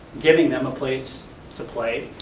giving them a place to play.